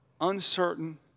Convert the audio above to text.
uncertain